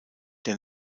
der